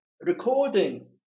recording